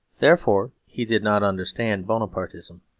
therefore he did not understand bonapartism.